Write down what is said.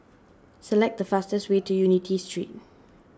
select the fastest way to Unity Street